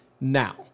now